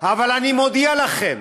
אבל אני מודיע לכם: